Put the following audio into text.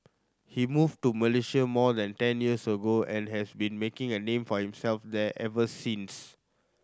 he moved to Malaysia more than ten years ago and has been making a name for himself there ever since